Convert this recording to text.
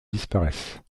disparaissent